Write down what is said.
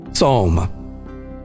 Psalm